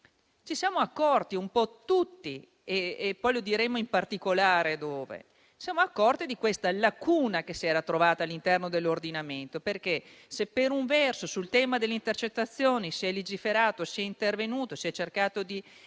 Ci siamo accorti un po' tutti - diremo in particolare dove - di questa lacuna che si era trovata all'interno dell'ordinamento. Infatti, se per un verso sul tema delle intercettazioni si è legiferato, si è intervenuti, si è cercato di